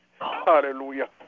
Hallelujah